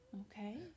Okay